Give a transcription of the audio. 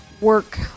work